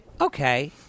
okay